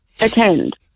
attend